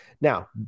Now